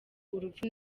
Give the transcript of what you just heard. urupfu